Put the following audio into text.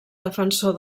defensor